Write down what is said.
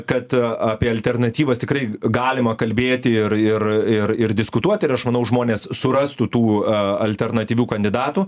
kad apie alternatyvas tikrai galima kalbėti ir ir ir diskutuoti ir aš manau žmonės surastų tų alternatyvių kandidatų